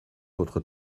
votre